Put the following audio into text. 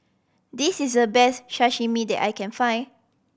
this is the best Sashimi that I can find